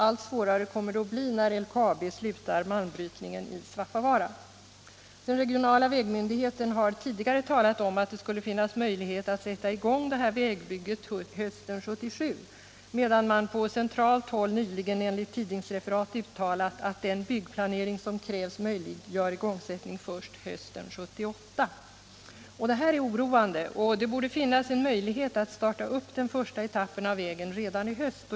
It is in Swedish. Allt svårare kommer det att bli när LKAB slutar malmbrytningen i Svappavaara. Den regionala vägmyndigheten har tidigare talat om att det skulle finnas möjlighet att sätta i gång vägbygget hösten 1977, medan man på centralt håll nyligen enligt tidningsreferat uttalat att den byggplanering som krävs möjliggör igångsättning först hösten 1978. Det här är oroande och det borde finnas en möjlighet att starta den första etappen av vägen redan i höst.